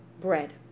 bread